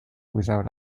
without